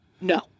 No